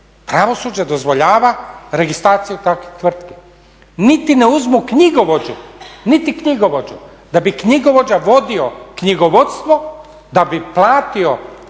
pravosuđe dozvoljava registraciju tvrtki. Niti ne uzmu ni knjigovođu, da bi knjigovođa vodio knjigovodstvo, da bi platio